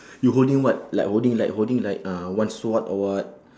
you holding what like holding like holding like uh one sword or what